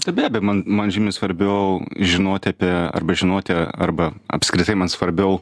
tai be abejo man man žymiai svarbiau žinoti apie arba žinoti arba apskritai man svarbiau